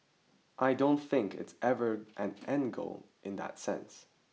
I don't think it's ever an end goal in that sense